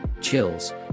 chills